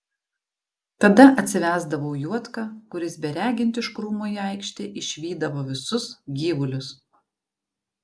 tada atsivesdavau juodką kuris beregint iš krūmų į aikštę išvydavo visus gyvulius